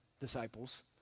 disciples